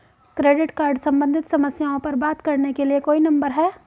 Credit card सम्बंधित समस्याओं पर बात करने के लिए कोई नंबर है?